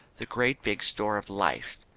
the great big store of life.